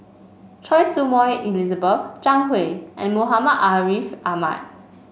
Choy Su Moi Elizabeth Zhang Hui and Muhammad Ariff Ahmad